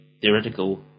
theoretical